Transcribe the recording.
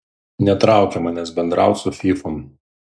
netraukia manęs bendraut su fyfom